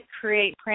create